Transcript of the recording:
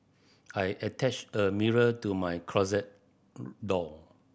I attached a mirror to my closet door